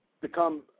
become